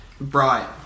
right